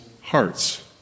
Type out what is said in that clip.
hearts